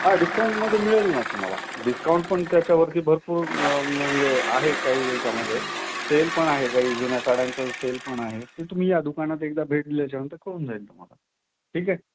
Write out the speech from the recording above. हा डिस्काउंटमध्ये मिळेल ना तुम्हाला डिस्काउंट पण त्याच्यावरती भरपूर म्हणजे आहे काही याच्यामध्ये सेल पण आहे काही जुन्या साड्यांचं सेल पण आहे ते तुम्ही या दुकानात एकदा भेट दिल्याच्यानंतर करून जाईल तुम्हाला ठीक आहे